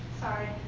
Sorry